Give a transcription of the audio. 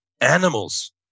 Animals